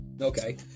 Okay